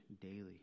daily